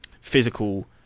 physical